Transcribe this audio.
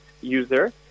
user